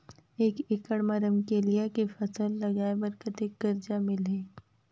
एक एकड़ मा रमकेलिया के फसल लगाय बार कतेक कर्जा मिलही?